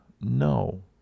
No